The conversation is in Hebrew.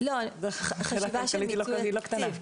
היא לא קטנה.